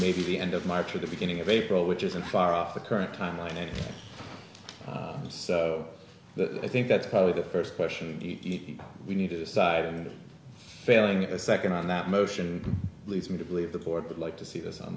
maybe the end of march or the beginning of april which isn't far off the current timeline and that i think that's probably the first question he we need to decide and failing a second on that motion leads me to believe the pork would like to see us on